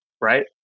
Right